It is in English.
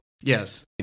yes